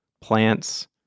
plants